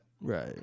Right